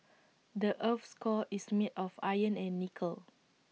the Earth's core is made of iron and nickel